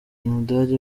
umudage